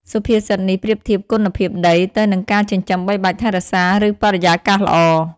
សុភាសិតនេះប្រៀបធៀបគុណភាពដីទៅនឹងការចិញ្ចឹមបីបាច់ថែរក្សា ឬបរិយាកាសល្អ។